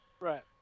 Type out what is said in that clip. Right